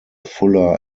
fuller